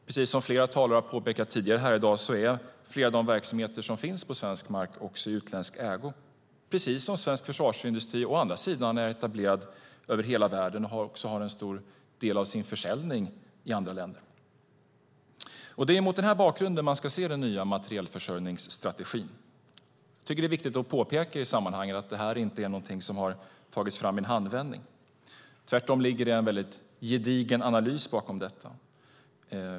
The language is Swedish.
Precis som flera talare har påpekat här i dag är flera av de verksamheter som finns på svensk mark i utländsk ägo, precis som svensk försvarsindustri å andra sidan är etablerad över hela världen och också har en stor del av sin försäljning i andra länder. Det är mot denna bakgrund man ska se den nya materielförsörjningsstrategin. Det är viktigt att påpeka i sammanhanget att detta inte är någonting som har tagits fram i en handvändning. Tvärtom ligger det en gedigen analys och mycket arbete bakom detta.